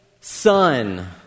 son